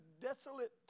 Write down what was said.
desolate